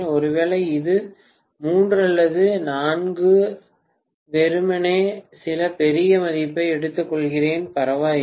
ஒருவேளை இது 3 மற்றும் இது 4 நான் வெறுமனே சில பெரிய மதிப்பை எடுத்துக்கொள்கிறேன் பரவாயில்லை